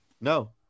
No